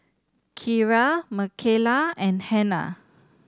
Keira Mikala and Hannah